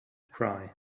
cry